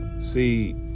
See